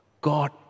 God